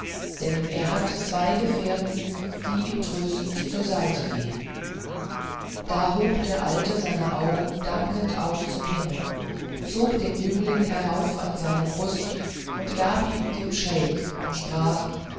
denn er hat zwei gefährten die ihm tröstend zur seite gehen da hob der alte seine augen dankend auf zum himmel zog den jüngling herauf an seine brust und gab ihn dem scheik und sprach